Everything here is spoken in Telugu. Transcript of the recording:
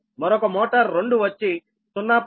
మరొక మోటర్ 2 వచ్చి 0